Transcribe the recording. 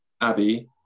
abby